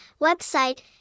Website